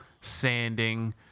sanding